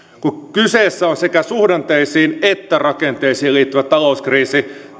kyseessä on sekä suhdanteisiin että rakenteisiin liittyvä talouskriisi